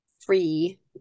free